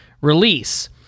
release